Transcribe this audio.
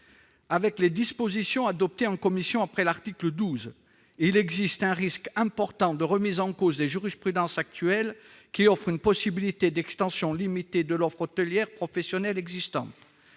égard aux dispositions adoptées en commission après l'article 12, il existe un risque important de remise en cause de la jurisprudence actuelle, qui octroie une possibilité d'extension limitée de l'offre hôtelière professionnelle existante.